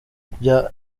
bya